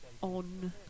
On